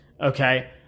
Okay